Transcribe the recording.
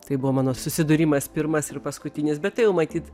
tai buvo mano susidūrimas pirmas ir paskutinis bet matyt